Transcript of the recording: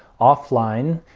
offline,